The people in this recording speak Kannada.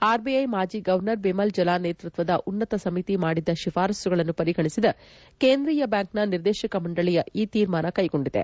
ಅರ್ಬಿಐ ಮಾಜಿ ಗವರ್ನರ್ ಬಿಮಲ್ ಜಲಾನ್ ನೇತೃತ್ವದ ಉನ್ನತ ಸಮಿತಿ ಮಾಡಿದ್ದ ಶಿಫಾರಸುಗಳನ್ನು ಪರಿಗಣಿಸಿದ ಕೇಂದ್ರೀಯ ಬ್ಯಾಂಕ್ನ ನಿರ್ದೇಶಕ ಮಂಡಳಿ ಈ ತೀರ್ಮಾನ ಕೈಗೊಂಡಿದೆ